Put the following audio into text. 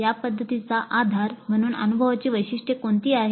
या पध्दतीचा आधार म्हणून अनुभवाची वैशिष्ट्ये कोणती आहेत